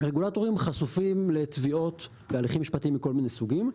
רגולטורים חשופים לתביעות והליכים משפטיים מכל מיני סוגים,